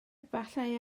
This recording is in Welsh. efallai